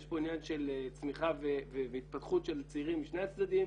יש פה עניין של צמיחה והתפתחות של צעירים משני הצדדים.